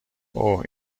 اوه